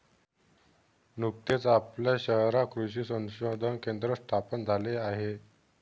नुकतेच आपल्या शहरात कृषी संशोधन केंद्र स्थापन झाले आहे